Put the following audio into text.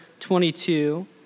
22